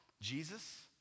Jesus